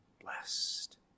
blessed